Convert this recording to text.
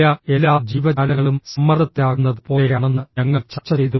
ഇല്ല എല്ലാ ജീവജാലങ്ങളും സമ്മർദ്ദത്തിലാകുന്നത് പോലെയാണെന്ന് ഞങ്ങൾ ചർച്ച ചെയ്തു